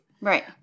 Right